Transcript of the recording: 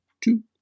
Two